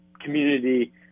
community